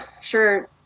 sure